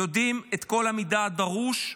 יודעים את כל המידע הדרוש.